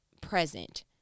present